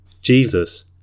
Jesus